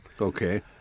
okay